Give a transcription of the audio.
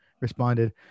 responded